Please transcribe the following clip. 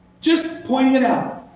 just pointing it out.